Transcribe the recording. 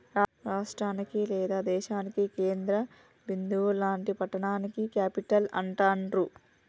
రాష్టానికి లేదా దేశానికి కేంద్ర బిందువు లాంటి పట్టణాన్ని క్యేపిటల్ అంటాండ్రు